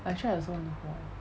actually I also want to go out